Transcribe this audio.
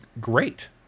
great